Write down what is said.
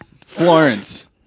Florence